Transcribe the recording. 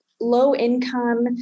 low-income